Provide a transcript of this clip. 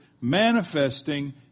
manifesting